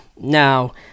Now